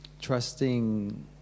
trusting